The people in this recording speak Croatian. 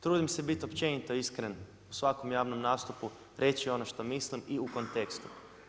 Trudim se biti općenito iskren u svakom javnom nastupu, reći ono što mislim i u kontekstu.